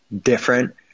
different